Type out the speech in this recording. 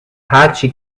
هرچی